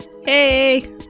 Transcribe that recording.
Hey